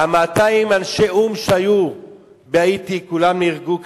200 אנשי האו"ם שהיו בהאיטי, כולם נהרגו כנראה.